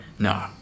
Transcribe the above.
no